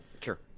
Sure